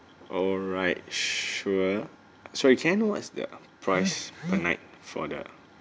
alright sure sorry can I know what is the price per night for the